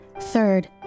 Third